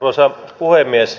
arvoisa puhemies